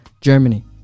Germany